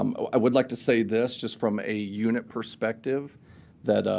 um i would like to say this just from a unit perspective that